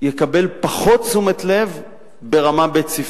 יקבל פחות תשומת לב ברמה בית-ספרית,